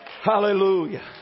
Hallelujah